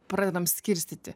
pradedam skirstyti